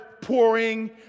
pouring